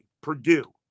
Purdue